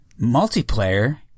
Multiplayer